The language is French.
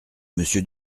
monsieur